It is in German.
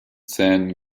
zähnen